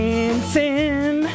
Dancing